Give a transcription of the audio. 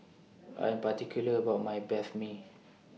I Am particular about My Banh MI